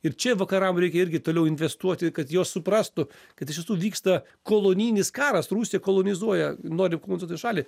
ir čia vakaram reikia irgi toliau investuoti kad jos suprastų kad iš tiesų vyksta kolonijinis karas rusija kolonizuoja nori kolonizuoti šalį